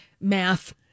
Math